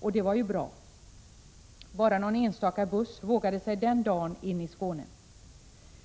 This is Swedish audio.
och det var ju bra. Bara någon enstaka buss vågade sig den dagen in i Skåne.